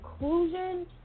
inclusion